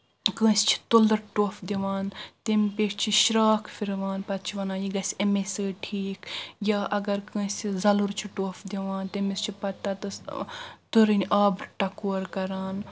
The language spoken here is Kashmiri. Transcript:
کٲنٛسہِ چھُ تُلٕر ٹۄپھ دِوان تمہِ پٮ۪ٹھے چھِ شراکھ پھروان پتہٕ چھِ ونان یہِ گژھِ امے سۭتۍ ٹھیٖک یا اگر کٲنٛسہِ زۄلُر چھُ ٹۄپھ دِوان تٔمِس چھِ پتہٕ تتٮ۪س تُرِنۍ آب ٹکور کران